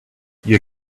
you